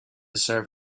serve